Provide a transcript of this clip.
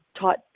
taught